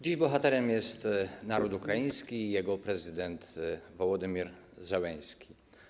Dziś bohaterem jest naród ukraiński i jego prezydent Wołodymyr Zełenski.